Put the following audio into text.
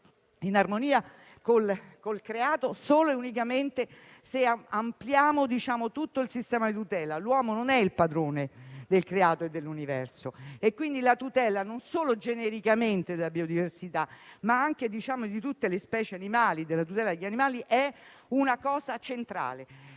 in armonia con il creato solo e unicamente se ampliamo tutto il sistema di tutela. L'uomo non è il padrone del creato e dell'universo e quindi la tutela, non solo, genericamente, della biodiversità, ma anche di tutte le specie animali è una cosa centrale.